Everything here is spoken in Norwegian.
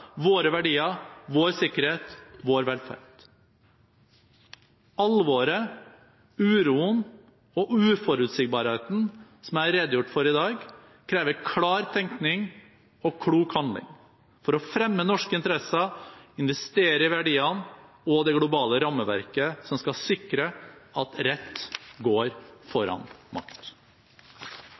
våre verdier, vår sikkerhet, vår velferd. Alvoret, uroen og uforutsigbarheten som jeg har redegjort for i dag, krever klar tenkning og klok handling for å fremme norske interesser, investere i verdiene og det globale rammeverket som skal sikre at rett går foran makt.